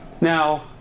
now